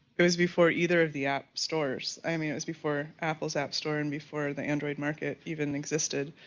that was before either of the app stores. i mean, it's before apple's app store and before the android market even existed.